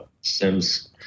Sims